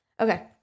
Okay